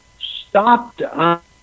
stopped